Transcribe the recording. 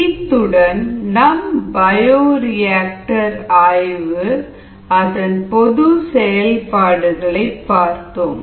இத்துடன் நாம் பயோரியாக்டர் ஆய்வு அதன் பொது செயல்பாடுகளை பார்த்தோம்